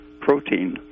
protein